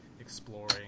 exploring